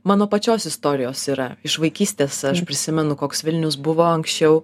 mano pačios istorijos yra iš vaikystės aš prisimenu koks vilnius buvo anksčiau